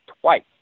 twice